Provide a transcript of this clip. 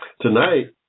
tonight